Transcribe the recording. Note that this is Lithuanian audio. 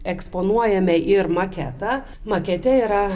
eksponuojame ir maketą makete yra